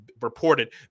reported